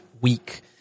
week